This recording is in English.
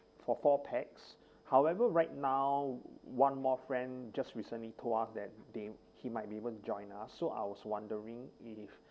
for four pax however right now one more friend just recently told us that they he might be even join ah so I was wondering if